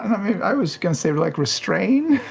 i was going to say, like, restrain,